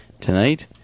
Tonight